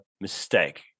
mistake